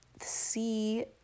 see